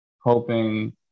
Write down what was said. hoping